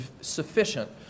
sufficient